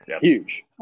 Huge